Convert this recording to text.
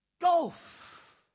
Golf